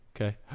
Okay